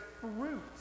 fruit